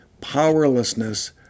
powerlessness